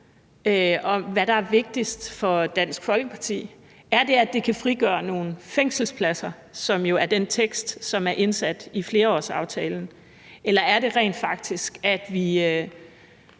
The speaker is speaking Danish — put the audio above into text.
hvad der er vigtigst for Dansk Folkeparti. Er det, at det kan frigøre nogle fængselspladser, som jo er det, der står i den tekst, som er indsat i flerårsaftalen? Eller er det, at vi rent faktisk prøver